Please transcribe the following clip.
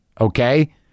Okay